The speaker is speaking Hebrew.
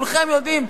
כולכם יודעים,